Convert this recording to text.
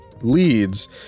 leads